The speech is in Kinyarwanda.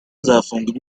azafungwa